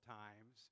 times